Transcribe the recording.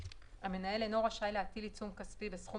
המנהל אינו רשאי להטיל עיצום כספי בסכום